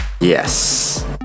Yes